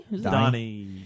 Donnie